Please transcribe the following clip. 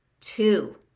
Two